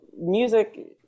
music